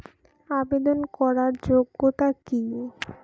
আবেদন করার যোগ্যতা কি?